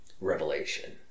revelation